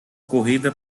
corrida